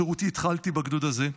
את שירותי התחלתי בגדוד הזה,